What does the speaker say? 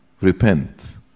Repent